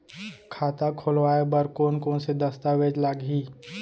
खाता खोलवाय बर कोन कोन से दस्तावेज लागही?